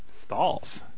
Stalls